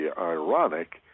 ironic